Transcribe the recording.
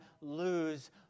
lose